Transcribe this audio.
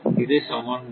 இது சமன்பாடு